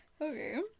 okay